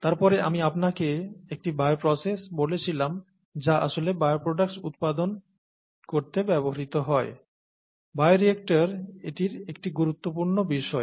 তারপরে আমি আপনাকে একটি বায়োপ্রসেস বলেছিলাম যা আসলে বায়োপ্রডাক্টস উৎপাদন করতে ব্যবহৃত হয় বায়োরিয়েক্টর এটির একটি গুরুত্বপূর্ণ বিষয়